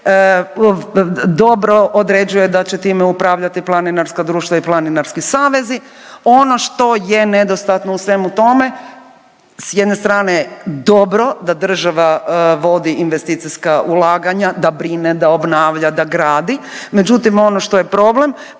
dobro određuje da će time upravljati planinarska društva i planinarski savezi. Ono što je nedostatno u svemu tome s jedne strane dobro da država vodi investicijska ulaganja, da brine, da obnavlja, da gradi, međutim ono što je problem,